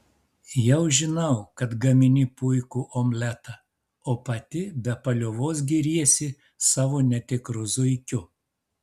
jau žinau kad gamini puikų omletą o pati be paliovos giriesi savo netikru zuikiu